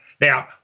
Now